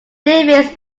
davis